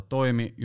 Toimi